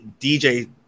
DJ